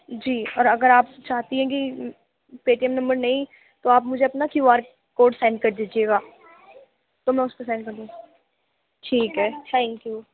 جی اور اگر آپ چاہتی ہیں کہ پے ٹی ایم نمبر نہیں تو آپ مجھے اپنا کیو آر کوڈ سینڈ کر دیجیے گا تو میں اس پہ سینڈ کر دوں گی ٹھیک ہے تھینک یو